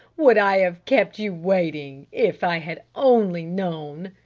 would i have kept you waiting if i had only known.